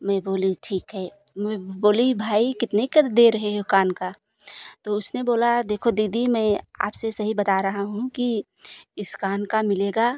मैं बोली ठीक है मैं बोली भाई कितने का दे रहे हो कान का तो उसने बोला देखो दीदी मैं आपसे सही बता रहा हूँ कि इस कान का मिलेगा